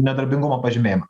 nedarbingumo pažymėjimą